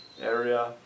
area